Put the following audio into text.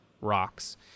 rocks